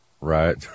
right